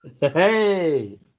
Hey